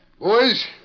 Boys